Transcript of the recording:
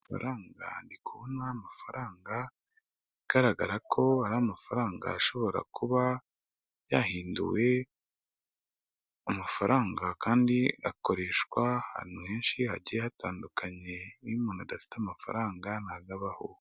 Ndi kubona amafaranga bigaragara ko ari amafaranga ashobora kuba yahinduwe amafaranga kandi akoreshwa ahantu henshi hagiye hatandukanye iyo umuntu adafite amafaranga ntago abaho..